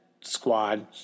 squad